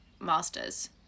master's